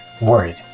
worried